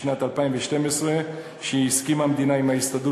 משנת 2012 הסכימה המדינה עם ההסתדרות